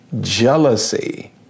jealousy